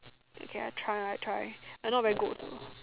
okay I try I try I not very good also